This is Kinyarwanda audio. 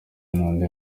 n’undi